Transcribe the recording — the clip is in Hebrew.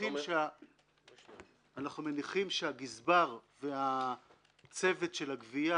אנחנו מניחים שהגזבר והצוות של הגבייה